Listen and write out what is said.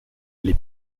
les